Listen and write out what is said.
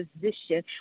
position